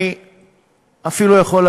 אני אפילו יכול,